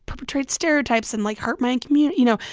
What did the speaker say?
perpetrate stereotypes and, like, hurt my community, you know?